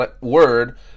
word